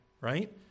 Right